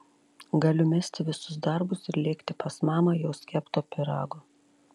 galiu mesti visus darbus ir lėkti pas mamą jos kepto pyrago